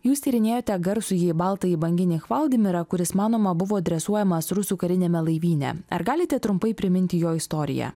jūs tyrinėjote garsųjį baltąjį banginį hvaldimirą kuris manoma buvo dresuojamas rusų kariniame laivyne ar galite trumpai priminti jo istoriją